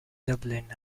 dublin